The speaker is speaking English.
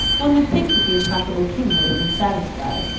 one would think that the implacable king might have been satisfied.